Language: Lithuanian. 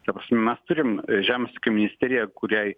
ta prasme mes turim žems k ministeriją kuriai